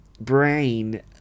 brain